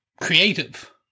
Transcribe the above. creative